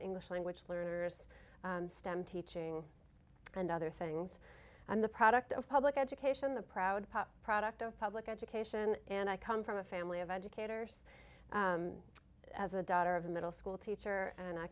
english language learners stem teaching and other things and the product of public education the proud pop product of public education and i come from a family of educators as the daughter of a middle school teacher and